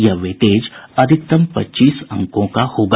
यह वेटेज अधिकतम पच्चीस अंकों का होगा